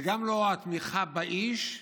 זה גם לא התמיכה באיש כאיש,